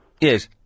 Yes